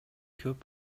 көп